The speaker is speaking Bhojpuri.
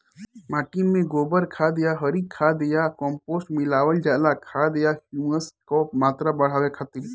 माटी में गोबर खाद या हरी खाद या कम्पोस्ट मिलावल जाला खाद या ह्यूमस क मात्रा बढ़ावे खातिर?